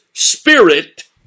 Spirit